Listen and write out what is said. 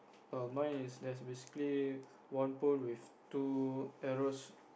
err mine is there's basically one pole with two arrows